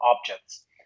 objects